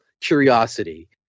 curiosity